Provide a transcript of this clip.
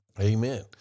Amen